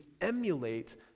emulate